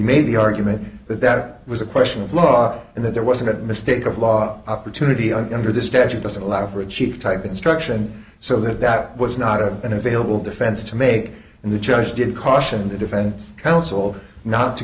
made the argument that that was a question of law and that there was a mistake of law opportunity under the statute doesn't allow for a cheap type instruction so that that was not a and available defense to make and the judge did caution the defense counsel not to